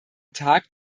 tag